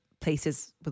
places